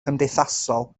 cymdeithasol